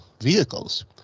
vehicles